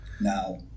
now